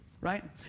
right